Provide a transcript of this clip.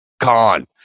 gone